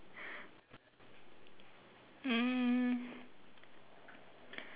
mm